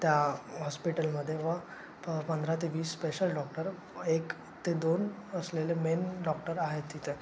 त्या हॉस्पिटलमध्ये व प पंधरा ते वीस स्पेशल डॉक्टर एक ते दोन असलेले मेन डॉक्टर आहेत तिथे